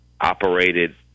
operated